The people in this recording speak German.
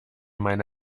meine